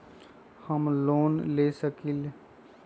हम लोन ले सकील?